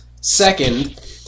Second